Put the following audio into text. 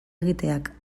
egiteak